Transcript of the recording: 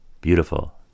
beautiful